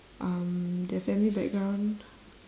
um their family background